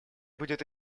будет